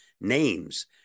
names